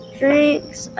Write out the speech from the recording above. drinks